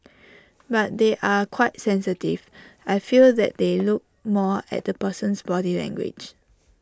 but they are quite sensitive I feel that they look more at the person's body language